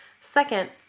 Second